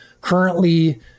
currently